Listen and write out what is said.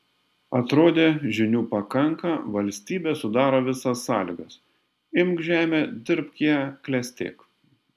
atrodė žinių pakanka valstybė sudaro visas sąlygas imk žemę dirbk ją klestėk